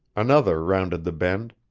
another rounded the bend,